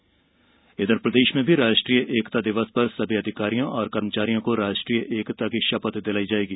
राष्ट्रीय एकता इधर प्रदेश में भी राष्ट्रीय एकता दिवस पर सभी अधिकारियों और कर्मचारियों को राष्ट्रीय एकता की शपथ दिलाई जाएगी